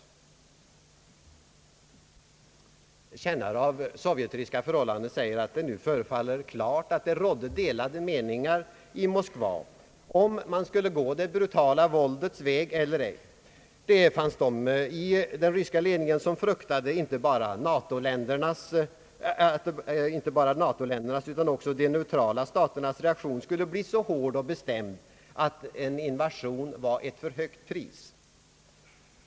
Kännare av sovjetryska förhållanden säger att det nu förefaller klart att det rådde delade meningar i Moskva om man skulle gå det brutala våldets väg eller ej. Det fanns personer i den ryska ledningen som fruktade att inte bara Nato-ländernas utan också de neutrala staternas reaktion skulle bli så hård och bestämd att en invasion var ett för högt pris.